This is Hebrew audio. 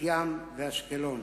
בת-ים ואשקלון.